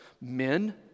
men